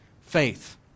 faith